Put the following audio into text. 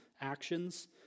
actions